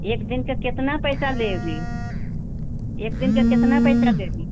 एक दिन के कितना पैसा लेओगी एक दिन के कितना पैसा लेगी